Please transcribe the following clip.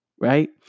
right